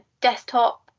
desktop